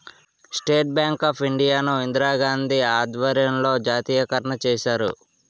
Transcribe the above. state bank of India ను ఇందిరాగాంధీ ఆధ్వర్యంలో జాతీయకరణ చేశారు